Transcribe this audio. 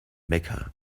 mecca